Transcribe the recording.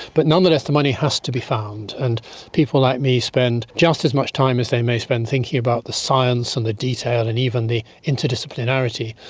but nonetheless the money has to be found, and people like me spend just as much time as they may spend thinking about the science and the detail and even the interdisciplinarity,